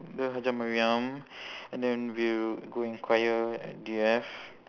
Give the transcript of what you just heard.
go hajjah mariam and then we'll go enquire at D_F